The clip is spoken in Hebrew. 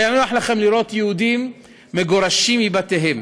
היה נוח לכם לראות יהודים מגורשים מבתיהם.